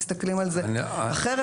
מסתכלים על זה אחרת.